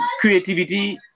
creativity